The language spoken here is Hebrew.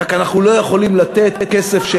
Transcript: עדיף שלא תעשו יותר.